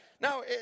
Now